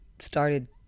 Started